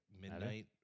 midnight